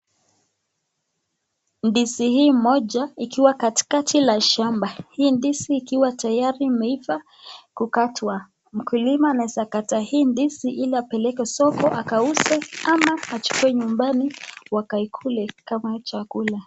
Ndizi hii moja ikiwa katikati ya shamba. Hii ndizi ikiwa tayari imeiva kukatwa. Mkulima anweza kata hii ndizi ili aipeleke kwa soko akauze ama achukue nyumbani wakaikule kama chakula.